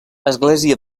església